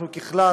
ככלל,